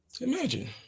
Imagine